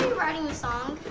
writing the song?